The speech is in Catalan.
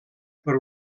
per